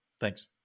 Thanks